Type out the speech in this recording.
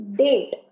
date